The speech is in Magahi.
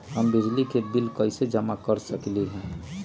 हम बिजली के बिल कईसे जमा कर सकली ह?